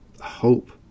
hope